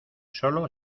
solo